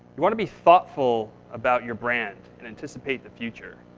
you want to be thoughtful about your brand and anticipate the future.